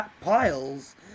piles